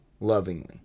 lovingly